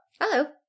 Hello